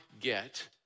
get